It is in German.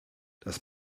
das